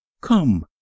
Come